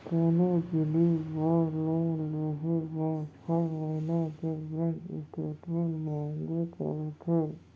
कोनो जिनिस बर लोन लेहे म छै महिना के बेंक स्टेटमेंट मांगबे करथे